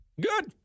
Good